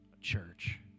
church